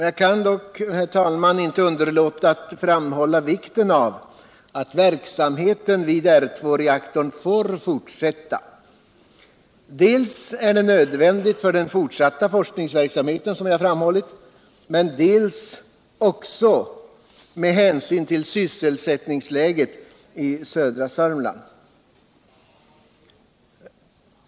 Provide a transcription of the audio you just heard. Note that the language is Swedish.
Jag kan dock, herr talman, inte underlåta att framhålla vikten av att verksamheten vid R2-reaktorn får fortsätta. Det är nödvändigt dels för den fortsatta forskningsverksamheten. som jag redan framhålli. dels med hänsyn till sysselsättningsläget i södra Södermanland.